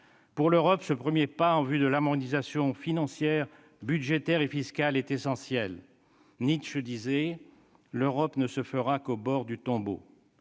pour l'Europe, ce premier pas en vue de l'harmonisation financière, budgétaire et fiscale est essentiel. Nietzsche disait :« l'Europe ne se fera qu'au bord du tombeau.